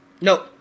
No